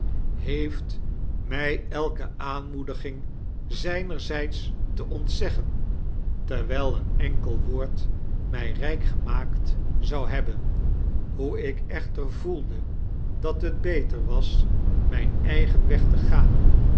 heeft mij elke aanmoediging zijnerzijds te ontzeggen terwijl een enkel woord mij rijk gemaakt zou hebben hoe ik echter voelde dat het beter was mijn eigen weg te gaan